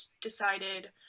decided